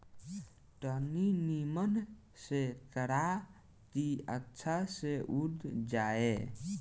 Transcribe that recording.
तनी निमन से करा की अच्छा से उग जाए